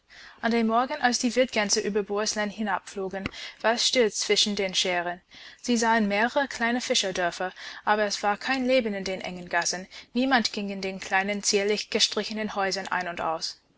an dem morgen als die wildgänse über bohuslän hinabflogen war es still zwischen den schären sie sahen mehrere kleine fischerdörfer aber es war kein leben in den engen gassen niemand ging in den kleinen zierlich gestrichenen häusern ein und aus